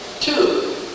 Two